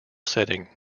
setting